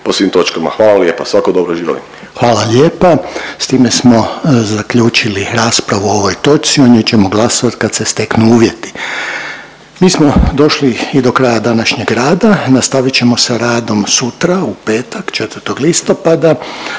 Hvala lijepo. Svako dobro. Živjeli!